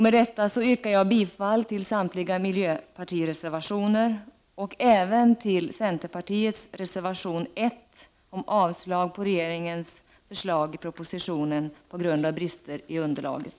Med detta yrkar jag bifall till samtliga miljöpartireservationer och även till centerpartiets reservation 1 om avslag på regeringens förslag i propositionen på grund av brister i underlaget.